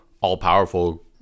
all-powerful